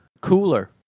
Cooler